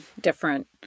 different